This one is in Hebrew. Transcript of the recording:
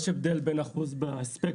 יש הבדל בין אחוז בהספק,